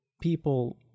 people